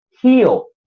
heal